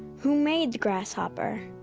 who made the grasshopper?